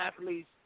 athletes